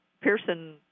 Pearson